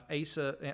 Asa